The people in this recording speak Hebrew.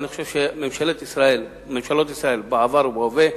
ואני חושב שממשלות ישראל בעבר ובהווה,